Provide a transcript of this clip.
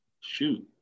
Shoot